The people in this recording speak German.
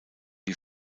die